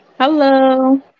Hello